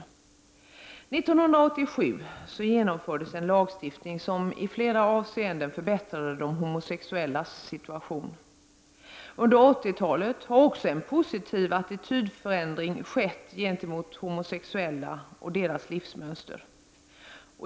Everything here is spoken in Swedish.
År 1987 genomfördes en lagstiftning som i flera avseenden förbättrade de homosexuellas situation. Under 80-talet har också en positiv attitydförändring skett gentemot homosexuella och deras livsmönster.